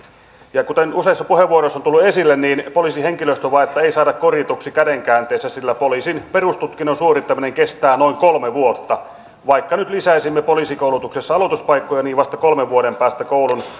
ja kuten useissa puheenvuoroissa on tullut esille poliisin henkilöstövajetta ei saada korjatuksi käden käänteessä sillä poliisin perustutkinnon suorittaminen kestää noin kolme vuotta vaikka nyt lisäisimme poliisikoulutuksessa aloituspaikkoja niin vasta kolmen vuoden päästä koulun